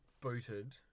booted